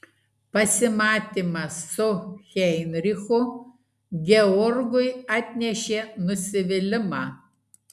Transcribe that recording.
pasimatymas su heinrichu georgui atnešė nusivylimą